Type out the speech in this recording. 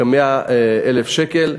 כ-100,000 שקל,